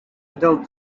adult